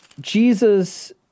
Jesus